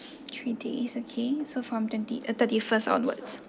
three days okay so from twenty uh thirty first onwards